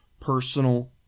personal